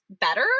better